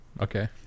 Okay